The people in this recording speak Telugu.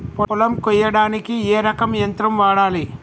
పొలం కొయ్యడానికి ఏ రకం యంత్రం వాడాలి?